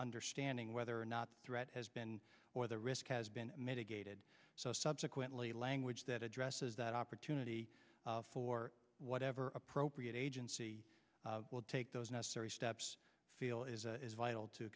understanding whether or not threat has been or the risk has been mitigated so subsequently language that addresses that opportunity for whatever appropriate agency will take those necessary steps feel is vital to